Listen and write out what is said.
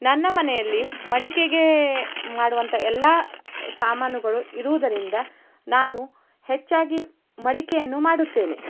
ನನ್ನ ಮನೆಯಲ್ಲಿ ಮಡಿಕೆಗೆ ಮಾಡುವಂಥ ಎಲ್ಲ ಸಾಮಾನುಗಳು ಇರುವುದರಿಂದ ನಾನು ಹೆಚ್ಚಾಗಿ ಮಡಿಕೆಯನ್ನು ಮಾಡುತ್ತೇನೆ